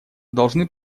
должны